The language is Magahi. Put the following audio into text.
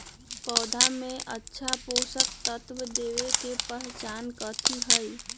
पौधा में अच्छा पोषक तत्व देवे के पहचान कथी हई?